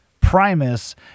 Primus